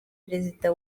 perezida